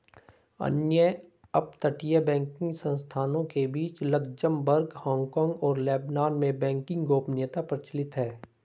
अन्य अपतटीय बैंकिंग संस्थानों के बीच लक्ज़मबर्ग, हांगकांग और लेबनान में बैंकिंग गोपनीयता प्रचलित है